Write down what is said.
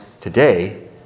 today